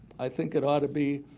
i think it ought to be